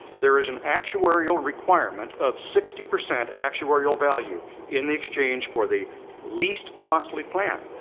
there is an actuarial requirement of sixty percent actuarial value in the exchange for the least costly plan.